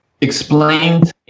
explained